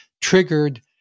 triggered